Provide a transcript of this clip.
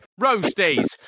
Roasties